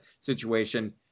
situation